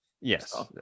Yes